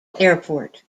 airport